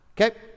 Okay